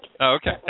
Okay